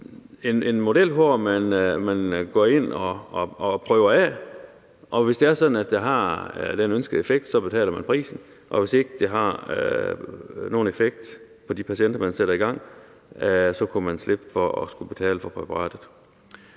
en model, hvor man går ind og prøver det af, og hvis det er sådan, at det har den ønskede effekt, så betaler man prisen, og hvis det ikke har nogen effekt for de patienter, man sætter i gang med det, så kan man slippe for at skulle betale for præparatet.